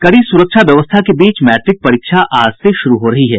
कड़ी सुरक्षा व्यवस्था के बीच मैट्रिक परीक्षा आज से शुरू हो रही है